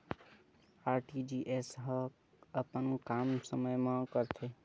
RTGS ह अपन काम समय मा करथे?